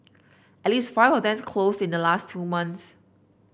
at least five of them closed in the last two months